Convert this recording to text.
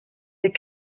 des